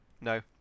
No